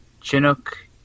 Chinook